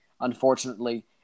Unfortunately